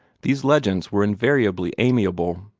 these legends were invariably amiable.